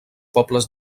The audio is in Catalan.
pobles